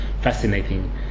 fascinating